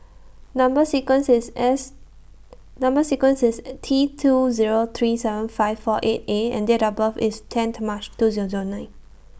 Number sequence IS S Number sequence IS T two Zero three seven five four eight A and Date of birth IS ten to March two Zero Zero nine